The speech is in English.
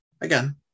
again